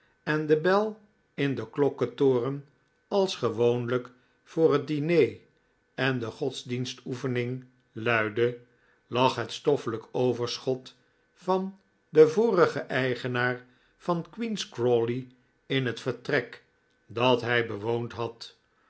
en de bel in den klokketoren als gewoonlijk voor het diner en de godsdienstoefening luidde lag het stoffelijk overschot van den vorigen eigenaar van queen's crawley in het vertrek dat hij bewoond had